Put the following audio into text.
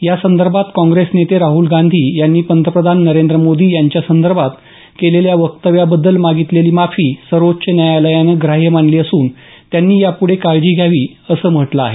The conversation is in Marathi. या संदर्भात काँग्रेस नेते राहूल गांधी यांनी पंतप्रधान नरेंद्र मोदी यांच्यासंदर्भात केलेल्या वक्तव्याबद्दल मागितलेली माफी सर्वोच्च न्यायालयानं ग्राह्य मानली असून त्यांनी यापुढे काळजी घ्यावी असं म्हटलं आहे